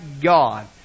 God